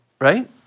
right